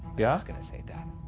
yeah just gonna say that.